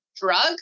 drug